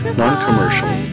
non-commercial